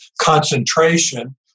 concentration